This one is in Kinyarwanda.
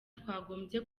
twagombye